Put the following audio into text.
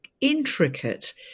intricate